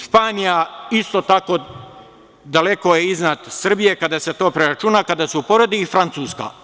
Španija je isto tako daleko iznad Srbije kada se to preračuna, kada se uporedi i Francuska.